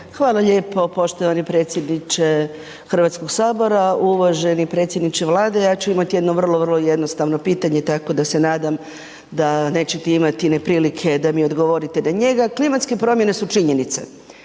Hvala lijepo poštovani predsjedniče Hrvatskoga sabora, uvaženi predsjedniče Vlade, ja ću imati jedno vrlo, vrlo jednostavno pitanje tako da se nadam da nećete imati neprilike da mi odgovorite na njega. Klimatske promjene su činjenice,